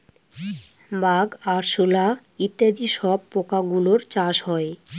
bug, আরশোলা ইত্যাদি সব পোকা গুলোর চাষ হয়